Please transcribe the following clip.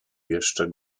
jeszcze